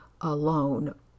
alone